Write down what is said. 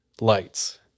lights